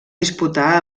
disputar